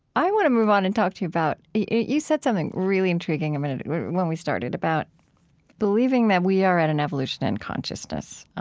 i want to move on and talk to you about you said something really intriguing a minute ago, when we started, about believing that we are at an evolution in consciousness,